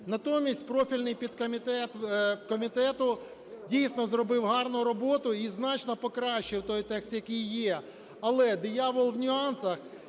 Натомість профільний підкомітет комітету, дійсно, зробив гарну роботу і значно покращив той текст, який є. Але диявол в нюансах,